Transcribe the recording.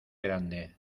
grande